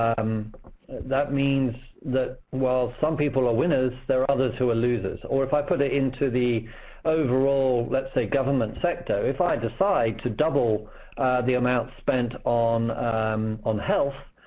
um that means that while some people are winners, there are others who are losers. or if i put it into the overall, let's say, government sector, if i decide to double the amount spent on um on health,